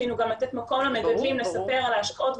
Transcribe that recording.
אני חושבת שכדאי לתת מקום למגדלים לספר על ההשקעות,